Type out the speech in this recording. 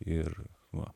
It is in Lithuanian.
ir va